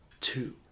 two